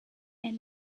and